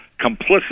complicit